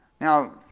Now